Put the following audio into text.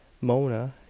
mona,